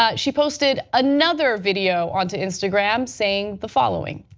ah she posted another video onto instagram saying the following.